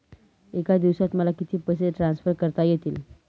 एका दिवसात मला किती पैसे ट्रान्सफर करता येतील?